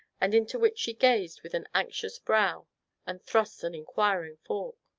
and into which she gazed with an anxious brow and thrust an inquiring fork.